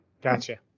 Gotcha